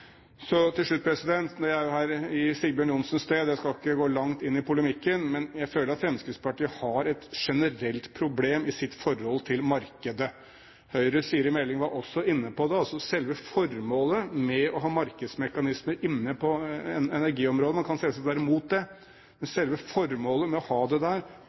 Til slutt, når jeg er her i Sigbjørn Johnsens sted: Jeg skal ikke gå langt inn i polemikken, men jeg føler at Fremskrittspartiet har et generelt problem i sitt forhold til markedet. Høyres Siri Meling var også inne på det. Altså, selve formålet med å ha markedsmekanisme inne på energiområdet – man kan selvsagt være mot det – er jo at det skal være et prissignal i markedet, slik at man i tider da det